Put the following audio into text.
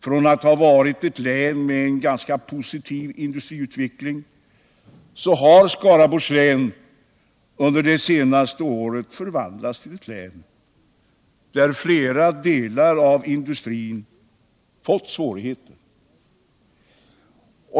Från att varit ett län med en ganska positiv industriutveckling har Skaraborgs län under det senaste året förvandlats till ett län där flera delar av industrin fått svårigheter.